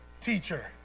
teacher